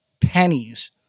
pennies